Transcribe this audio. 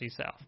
South